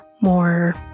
more